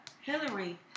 Hillary